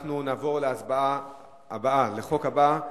בעד, 14,